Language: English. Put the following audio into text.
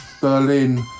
Berlin